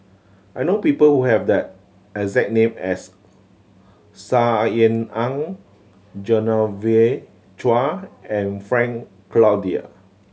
I know people who have the exact name as Saw Ean Ang Genevieve Chua and Frank Cloutier